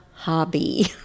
hobby